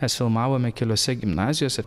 mes filmavome keliose gimnazijose